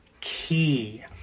key